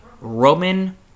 Roman